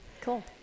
Cool